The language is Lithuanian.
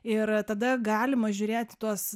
ir tada galima žiūrėt į tuos